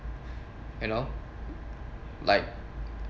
you know like